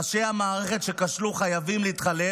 ראשי המערכת שכשלו חייבים להתחלף,